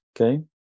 okay